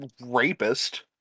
rapist